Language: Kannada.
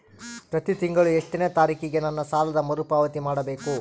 ಪ್ರತಿ ತಿಂಗಳು ಎಷ್ಟನೇ ತಾರೇಕಿಗೆ ನನ್ನ ಸಾಲದ ಮರುಪಾವತಿ ಮಾಡಬೇಕು?